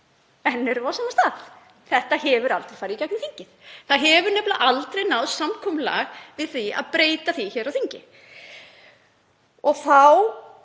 við á sama stað. Þetta hefur aldrei farið í gegnum þingið. Það hefur nefnilega aldrei náðst samkomulag um að breyta því hér á þingi. Þá